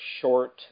short